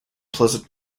pleasant